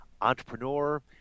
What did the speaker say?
entrepreneur